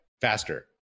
faster